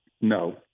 No